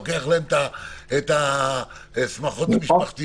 לוקח להם את השמחות המשפחתיות,